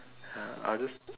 ya others